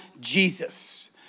Jesus